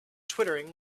twittering